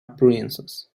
princess